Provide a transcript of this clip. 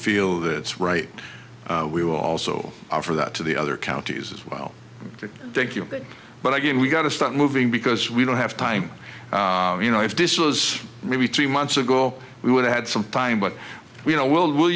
feel that it's right we will also offer that to the other counties as well thank you but again we've got to start moving because we don't have time you know if this was maybe three months ago we would have had some time but we know we'll